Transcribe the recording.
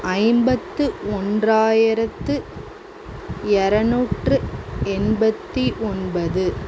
ஐம்பத்து ஒன்றாயிரத்து இரநூற்று எண்பத்தி ஒன்பது